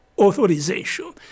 Authorization